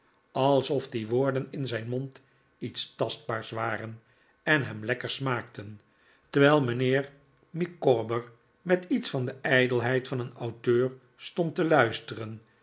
alsof die woorden in zijn mond iets tastbaars waren en hem lekker smaakten terwijl mijnheer micawber met iets van de ijdelheid van een auteur stond te luisteren